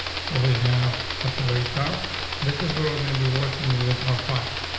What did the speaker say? so we have at the very top this is we're gonna be working with our files.